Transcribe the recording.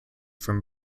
from